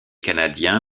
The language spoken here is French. canadien